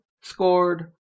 scored